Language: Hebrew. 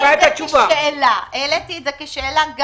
העליתי את זה כשאלה.